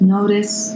Notice